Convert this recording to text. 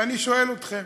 ואני שואל אתכם.